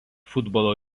futbolo